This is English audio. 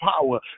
power